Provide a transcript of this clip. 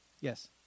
Yes